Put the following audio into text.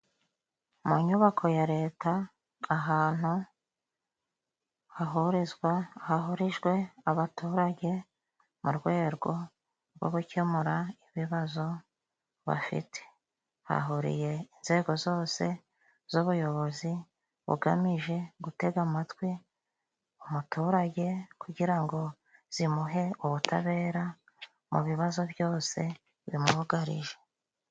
Mu nyubako ya Leta， ahantu hahurijwe abaturage， mu rwego rwo gukemura ibibazo bafite， hahuriye inzego zose z'ubuyobozi bugamije gutega amatwi umuturage， kugira ngo zimuhe ubutabera mu bibazo byose bimwugarije.